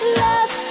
love